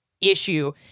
issue